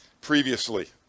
previously